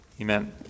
Amen